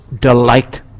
delight